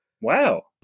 Wow